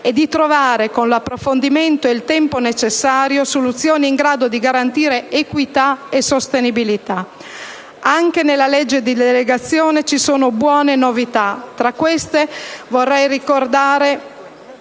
e di trovare, con l'approfondimento e il tempo necessari, soluzioni in grado di garantire equità e sostenibilità. Anche nel disegno di legge di delegazione europea 2013 ci sono buone novità. Tra queste, vorrei ricordare